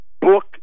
book